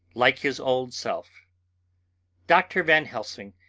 like his old self dr. van helsing,